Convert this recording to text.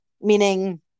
meaning